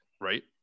right